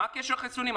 מה הקשר חיסונים?